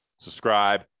subscribe